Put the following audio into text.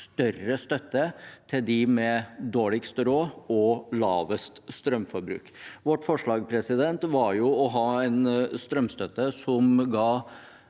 større støtte til dem med dårligst råd og lavest strømforbruk. Vårt forslag var å ha en strømstøtte som ga